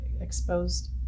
exposed